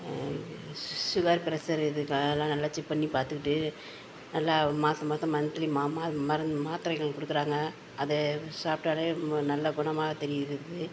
sugar pressure இது நல்லா check பண்ணி பார்த்துகிட்டு நல்லா மாதம் மாதம் மன்த்லி மாமா இது மருந் மாத்திரைகள் கொடுக்கறாங்க அத சாப்பிட்டாலே நல்லா குணமாக தெரிகிறது